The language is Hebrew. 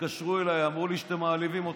התקשרו אליי ואמרו לי שאתם מעליבים אותם,